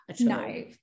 no